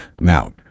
Now